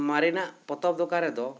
ᱢᱟᱨᱮᱱᱟᱜ ᱯᱚᱛᱚᱵ ᱫᱚᱠᱟᱱ ᱨᱮᱫᱚ